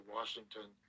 Washington